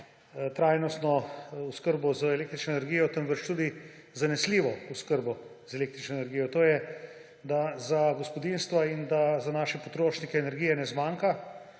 trajnostne oskrbe z električno energijo, temveč tudi zanesljivo oskrbo z električno oskrbo, da za gospodinjstva in za naše potrošnike energije ne zmanjka,